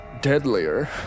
deadlier